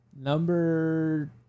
number